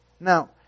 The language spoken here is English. Now